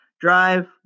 drive